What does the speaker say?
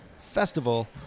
Festival